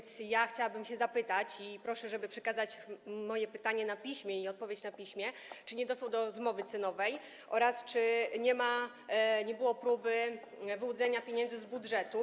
Chciałabym się zapytać - proszę przekazać moje pytanie na piśmie i o odpowiedź na piśmie - czy nie doszło do zmowy cenowej oraz czy nie było próby wyłudzenia pieniędzy z budżetu.